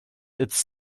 its